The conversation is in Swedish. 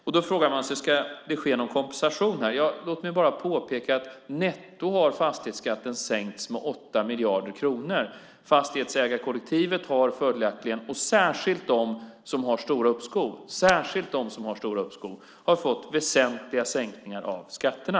Man frågar sig om det ska ske någon kompensation. Låt mig bara påpeka att fastighetsskatten har sänkts med 8 miljarder kronor netto. Fastighetsägarkollektivet, och särskilt de som har stora uppskov, har följaktligen fått väsentliga sänkningar av skatterna.